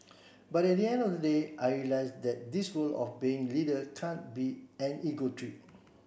but at the end of the day I realised that this role of being leader can't be an ego trip